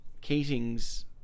Keating's